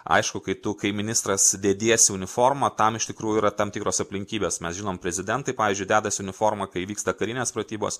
aišku kai tu kai ministras dediesi uniformą tam iš tikrųjų yra tam tikros aplinkybės mes žinom prezidentai pavyzdžiui dedasi uniformą kai vyksta karinės pratybos